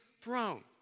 throne